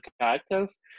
characters